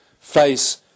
face